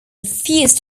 refused